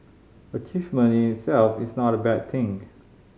achievement in itself is not a bad thing